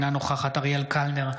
אינה נוכחת אריאל קלנר,